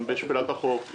אם בשפלת החוף,